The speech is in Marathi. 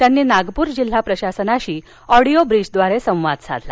त्यांनी नागपूर जिल्हा प्रशासनाशी ऑडिओ ब्रीजद्वारे संवाद साधला